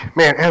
man